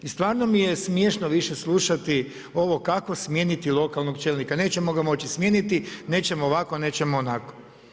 I stvarno mi je smiješno više slušati ovo kako smijeniti lokalnog čelnika, nećemo ga moći smijeniti, nećemo ovako, nećemo onako.